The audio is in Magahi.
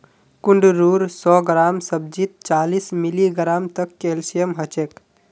कुंदरूर सौ ग्राम सब्जीत चालीस मिलीग्राम तक कैल्शियम ह छेक